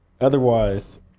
otherwise